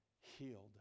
healed